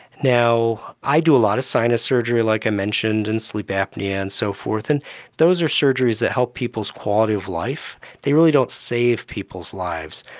now, i do a lot of sinus surgery, like i mentioned, and sleep apnoea and so forth, and those are surgeries that help people's quality of life, they really don't save people's lives,